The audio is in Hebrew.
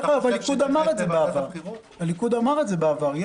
דרך אגב, הליכוד אמר את זה בעבר.